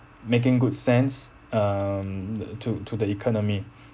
making good sense um to to the economy